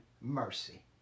mercy